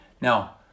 Now